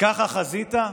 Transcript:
ככה חזית?"